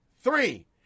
Three